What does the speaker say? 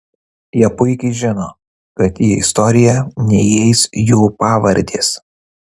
jie puikiai žino kad į istoriją neįeis jų pavardės